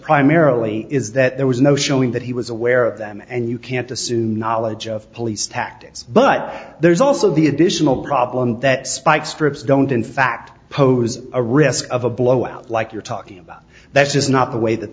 primarily is that there was no showing that he was aware of them and you can't assume knowledge of police tactics but there's also the additional problem that spike strips don't in fact pose a risk of a blowout like you're talking about that's just not the way that